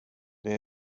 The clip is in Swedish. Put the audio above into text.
det